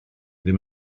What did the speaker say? ddim